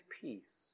peace